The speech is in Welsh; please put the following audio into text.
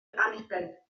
anniben